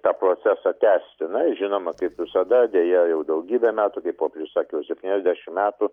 tą procesą tęsti na ir žinoma kaip visada deja jau daugybę metų kaip popiežius sakė už septyniasdešim metų